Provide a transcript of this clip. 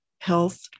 health